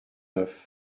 neuf